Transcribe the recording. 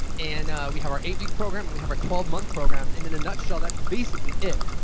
and we have our eight-week program and we have our twelve-month program and in a nut shell, that's basically it.